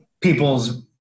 people's